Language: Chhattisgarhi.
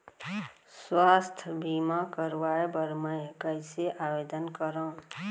स्वास्थ्य बीमा करवाय बर मैं कइसे आवेदन करव?